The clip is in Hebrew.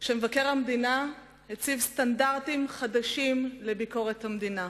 שמבקר המדינה הציב סטנדרטים חדשים לביקורת המדינה.